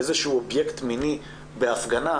איזשהו אובייקט מיני בהפגנה,